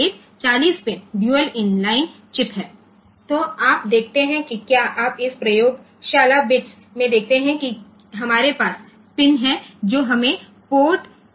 તેથી જો આપણે આ લેબ બિટ્સ માં જોઈએ તો આપણી પાસે પિન છે જેમાં આપણી પાસે pin port A0 A1 A2 A3 A4 A5 A6 A7 છે